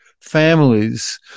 families